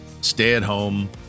Stay-at-home